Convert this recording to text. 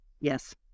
Yes